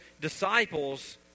disciples